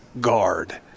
guard